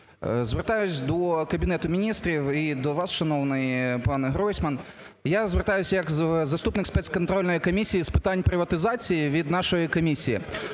Звертаюсь до Кабінету Міністрів і до вас, шановний пане Гройсман. Я звертаюсь як заступник Спецконтрольної комісії з питань приватизації від нашої комісії.